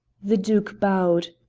the duke bowed.